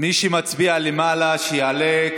מי שמצביע למעלה שיעלה,